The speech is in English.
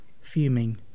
fuming